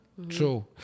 true